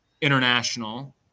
international